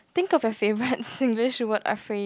think of your favourite Singlish word a phrase